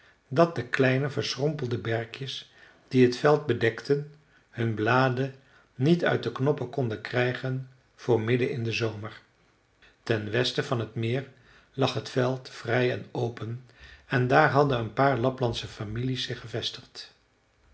dat de kleine verschrompelde berkjes die t veld bedekten hun bladen niet uit de knoppen konden krijgen voor midden in den zomer ten westen van het meer lag t veld vrij en open en daar hadden een paar laplandsche families zich gevestigd